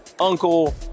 Uncle